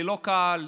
ללא קהל,